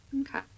Okay